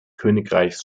königreichs